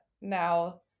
now